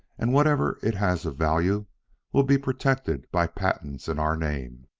and whatever it has of value will be protected by patents in our name.